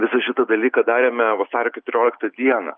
visą šitą dalyką darėme vasario keturioliktą dieną